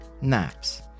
naps